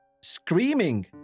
Screaming